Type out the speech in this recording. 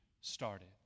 started